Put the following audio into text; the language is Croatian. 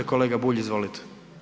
Kolega Bulj, izvolite.